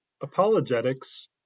Apologetics